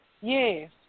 Yes